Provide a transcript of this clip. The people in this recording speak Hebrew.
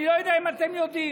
אני לא יודע אם אתם יודעים,